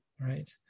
right